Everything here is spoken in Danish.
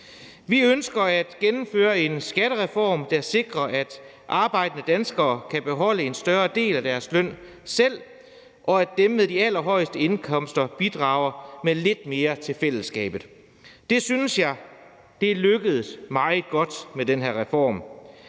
Vi ønsker at gennemføre en skattereform, der sikrer, at arbejdende danskere kan beholde en større del af deres løn selv, og at dem med de allerhøjeste indkomster bidrager med lidt mere til fællesskabet, og det synes jeg er lykkedes meget godt med den her reform.